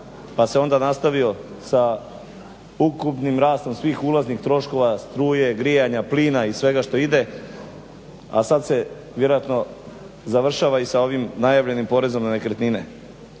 pa se onda nastavio sa ukupnim rastom svih ulaznih troškova struje, grijanja, plina i svega što ide a sad se vjerojatno završava i sa ovim najavljenim porezom na nekretnine.